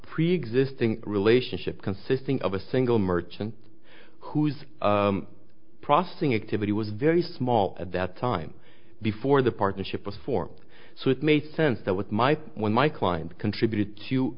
preexisting relationship consisting of a single merchant whose processing activity was very small at that time before the partnership was formed so it made sense that with my when my client contributed to